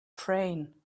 train